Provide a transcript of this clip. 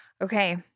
Okay